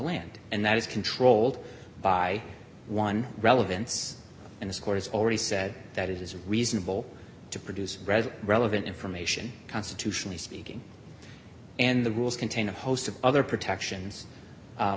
land and that is controlled by one relevance and this court has already said that it is reasonable to produce read relevant information constitutionally speaking and the rules contain a host of other protections